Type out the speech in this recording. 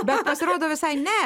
bet pasirodo visai ne